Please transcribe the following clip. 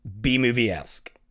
B-movie-esque